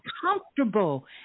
comfortable